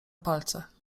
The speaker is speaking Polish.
palcach